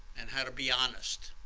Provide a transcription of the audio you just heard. and how to be honest.